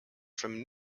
from